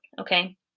Okay